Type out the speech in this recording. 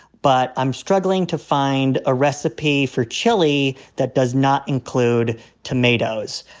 but i'm struggling to find a recipe for chili that does not include tomatoes.